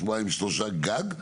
שבועיים שלושה גג.